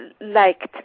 liked